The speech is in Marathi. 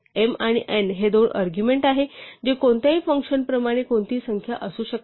m आणि n हे दोन अर्ग्युमेण्ट आहेत जे कोणत्याही फंक्शन प्रमाणे कोणतीही संख्या असू शकतात